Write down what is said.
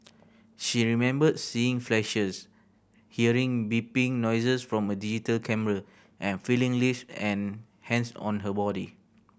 she remembered seeing flashes hearing beeping noises from a digital camera and feeling lips and hands on her body